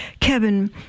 Kevin